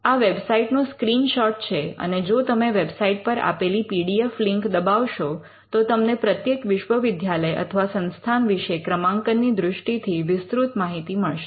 આ વેબસાઇટનો સ્ક્રીનશૉટ છે અને જો તમે વેબસાઈટ પર આપેલી પીડીએફ લિંક દબાવશો તો તમને પ્રત્યેક વિશ્વવિદ્યાલય અથવા સંસ્થાન વિશે ક્રમાંકનની દૃષ્ટિથી વિસ્તૃત માહિતી મળશે